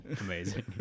amazing